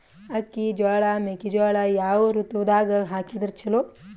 ಅಕ್ಕಿ, ಜೊಳ, ಮೆಕ್ಕಿಜೋಳ ಯಾವ ಋತುದಾಗ ಹಾಕಿದರ ಚಲೋ?